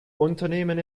unternehmen